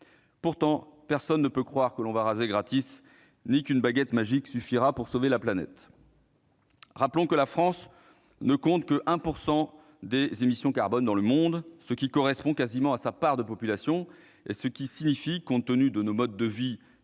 Pourtant, personne ne peut croire que l'on va raser gratis, ni qu'une baguette magique sauvera la planète. Rappelons que la France ne compte que pour 1 % des émissions carbone dans le monde, ce qui correspond presque à sa part de population. Cela signifie, compte tenu de nos modes de vie très